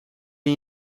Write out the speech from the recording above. wie